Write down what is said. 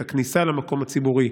את הכניסה למקום הציבורי,